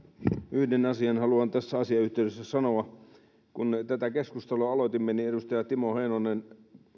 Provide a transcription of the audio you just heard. yhden asian haluan tässä asiayhteydessä sanoa kun tätä keskustelua aloitimme niin edustaja timo heinonen